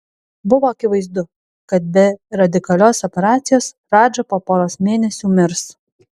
buvo akivaizdu kad be radikalios operacijos radža po poros mėnesių mirs